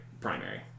primary